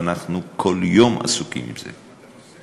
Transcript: ואנחנו כל יום עסוקים עם זה.